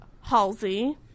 Halsey